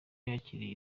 yakiriye